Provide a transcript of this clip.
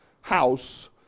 house